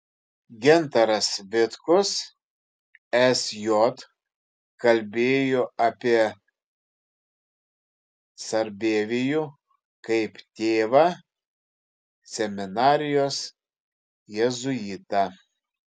gintaras vitkus sj kalbėjo apie sarbievijų kaip tėvą seminarijos jėzuitą